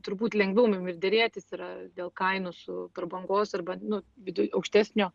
turbūt lengviau mum ir derėtis yra dėl kainų su prabangos arba nu vidui aukštesnio